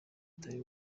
utari